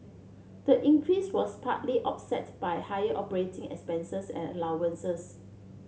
the increase was partly offset by higher operating expenses and allowances